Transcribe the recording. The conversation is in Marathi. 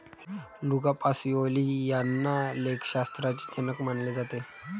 लुका पॅसिओली यांना लेखाशास्त्राचे जनक मानले जाते